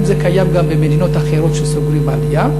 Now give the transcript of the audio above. זה קיים גם לגבי מדינות אחרות שסוגרים עלייה?